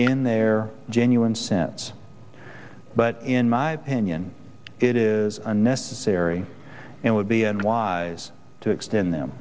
in their genuine sense but in my opinion it is unnecessary and would be unwise to extend them